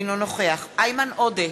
אינו נוכח איימן עודה,